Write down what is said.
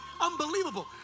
unbelievable